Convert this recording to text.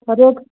budget